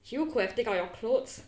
you could have take out your clothes